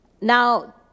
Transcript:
Now